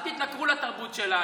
הוא מחזיר את הסטטוס קוו.